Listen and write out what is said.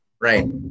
right